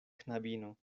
knabino